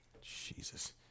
Jesus